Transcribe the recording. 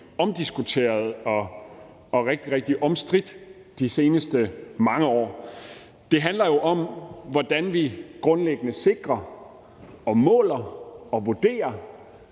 omdiskuteret og rigtig, rigtig omstridt de seneste mange år, og det handler jo om, hvordan vi grundlæggende sikrer, måler og vurderer,